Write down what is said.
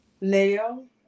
leo